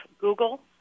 Google